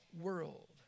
world